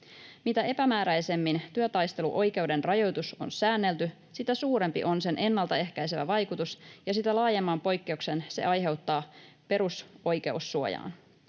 ”Mitä epämääräisemmin työtaisteluoikeuden rajoitus on säännelty, sitä suurempi on sen ennalta ehkäisevä vaikutus ja sitä laajemman poikkeuksen se aiheuttaa perusoikeussuojaan.